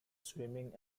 swimming